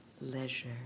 Leisure